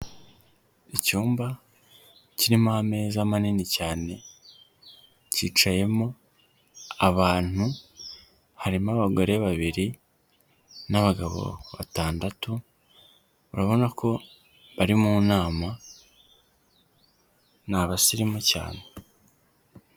Icyumba kirimo ameza manini cyane kicayemo abantu harimo abagore babiri n'abagabo batandatu urabona ko bari mu nama, ni abasirimu cyane.